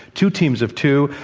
two teams of two,